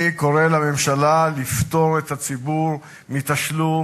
אני קורא לממשלה לפטור את הציבור מתשלום